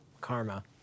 karma